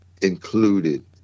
included